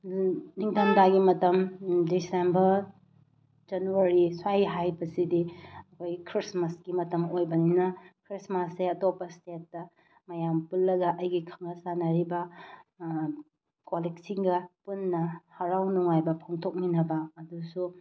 ꯅꯤꯡꯊꯝꯊꯥꯒꯤ ꯃꯇꯝ December January ꯁ꯭ꯋꯥꯏ ꯍꯥꯏꯕꯁꯤꯗꯤ ꯑꯩꯈꯣꯏ ꯈ꯭ꯔꯤꯁꯃꯥꯁꯀꯤ ꯃꯇꯝ ꯑꯣꯏꯕꯅꯤꯅ ꯈ꯭ꯔꯤꯁꯃꯥꯁꯁꯦ ꯑꯇꯣꯞꯄ ꯁ꯭ꯇꯦꯠꯇ ꯃꯌꯥꯝ ꯄꯨꯜꯂꯒ ꯑꯩꯒꯤ ꯈꯪꯅ ꯆꯥꯅꯔꯤꯕ ꯀꯣꯂꯤꯛꯁꯤꯡꯒ ꯄꯨꯟꯅ ꯍꯔꯥꯎ ꯅꯨꯡꯉꯥꯏꯕ ꯐꯣꯡꯗꯣꯛꯃꯤꯟꯅꯕ ꯑꯗꯨꯁꯨ